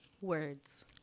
Words